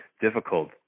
difficult